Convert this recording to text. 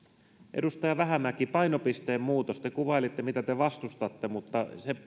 edustaja vähämäki painopisteen muutos te kuvailitte miten te vastustatte mutta se